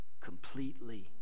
Completely